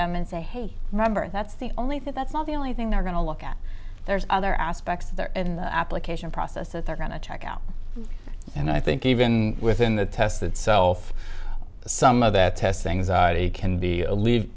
them and say hey remember the that's the only thing that's not the only thing they're going to look at there's other aspects of their application process that they're going to check out and i think even within the test itself some of that test things can be ale